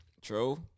True